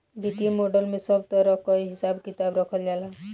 वित्तीय मॉडल में सब तरह कअ हिसाब किताब रखल जाला